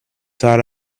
thought